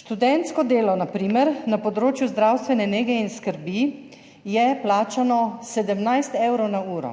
študentsko delo na področju zdravstvene nege in skrbi je plačano 17 evrov na uro.